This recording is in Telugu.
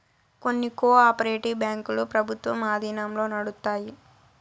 కొన్ని కో ఆపరేటివ్ బ్యాంకులు ప్రభుత్వం ఆధీనంలో నడుత్తాయి